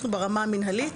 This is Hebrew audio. אנחנו ברמה המנהלית,